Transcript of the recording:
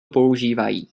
používají